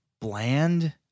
bland